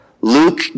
Luke